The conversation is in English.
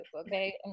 okay